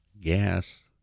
gas